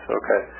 okay